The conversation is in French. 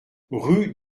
rue